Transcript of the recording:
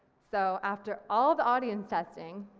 so after all the audience testing,